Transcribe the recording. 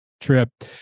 trip